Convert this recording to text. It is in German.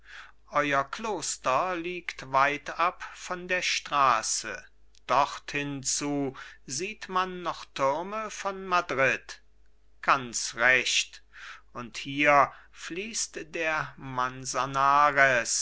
euer kloster liegt weit ab von der straße dorthin zu sieht man noch türme von madrid ganz recht und hier fließt der